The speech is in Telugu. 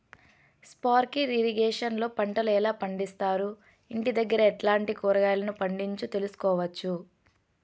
స్పార్కిల్ ఇరిగేషన్ లో పంటలు ఎలా పండిస్తారు, ఇంటి దగ్గరే ఎట్లాంటి కూరగాయలు పండించు తెలుసుకోవచ్చు?